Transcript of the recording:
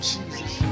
Jesus